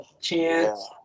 Chance